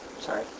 Sorry